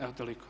Evo toliko.